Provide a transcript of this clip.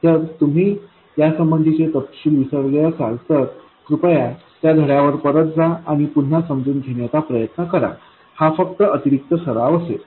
जर तुम्ही यासंबंधीचे तपशील विसरले असाल तर कृपया त्या धड्यावर परत जा आणि पुन्हा समजून घेण्याचा प्रयत्न करा हा फक्त अतिरिक्त सराव असेल